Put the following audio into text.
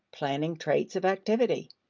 planning traits of activity.